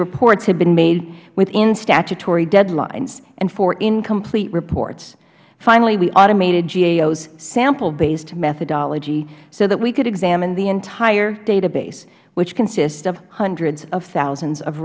reports had been made within statutory deadlines and for incomplete reports finally we automated gaos sample based methodology so that we could examine the entire data base which consists of hundreds of thousands of